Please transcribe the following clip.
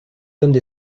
sommes